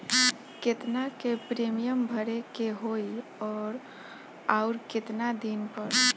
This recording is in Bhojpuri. केतना के प्रीमियम भरे के होई और आऊर केतना दिन पर?